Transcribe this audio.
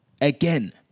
Again